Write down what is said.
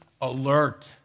alert